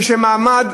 כשהמעמד